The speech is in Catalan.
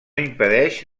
impedeix